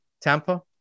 Tampa